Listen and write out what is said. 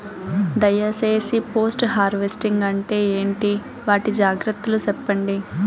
దయ సేసి post harvesting అంటే ఏంటి? వాటి జాగ్రత్తలు సెప్పండి?